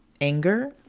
Anger